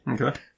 Okay